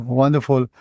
wonderful